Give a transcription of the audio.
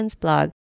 blog